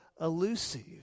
elusive